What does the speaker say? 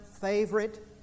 favorite